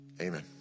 Amen